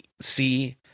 see